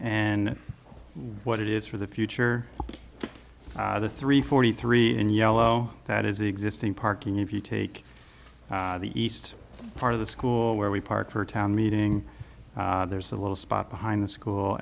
and what it is for the future of the three forty three in yellow that is the existing parking if you take the east part of the school where we park for a town meeting there's a little spot behind the school